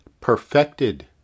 perfected